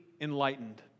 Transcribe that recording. enlightened